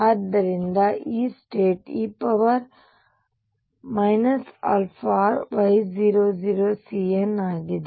ಆದ್ದರಿಂದ ಈ state e αr Y00Cn ಆಗಿದೆ